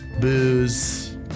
booze